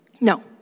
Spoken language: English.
No